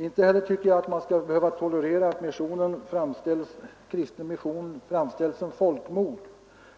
Inte heller tycker jag att man skall behöva tolerera att kristen mission framställs som folkmord, med